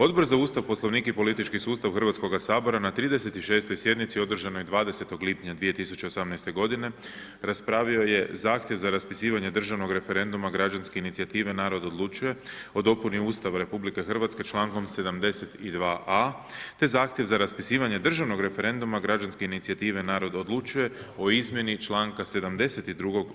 Odbor za Ustav, Poslovnik i politički sustav Hrvatskog sabora na 36. sjednici održanoj 20.6.2018. g. raspravio je zahtjev za raspisivanje državnog referenduma građanske inicijative narod odlučuje, pod … Ustav RH čl. 72. a te zahtjev za raspisivanje državnog referenduma građanske inicijative narod odlučuje o izmjeni čl. 72.